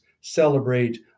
celebrate